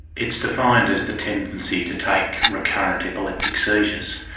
it's defined as the tendency to take recurrent epileptic seizures.